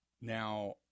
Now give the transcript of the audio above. Now